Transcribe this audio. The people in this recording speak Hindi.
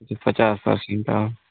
अच्छा पचास परसेन्ट ऑफ़